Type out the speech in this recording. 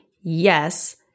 Yes